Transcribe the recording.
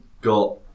got